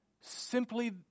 Simply